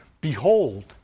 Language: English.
Behold